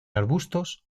arbustos